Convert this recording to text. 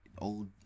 old